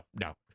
no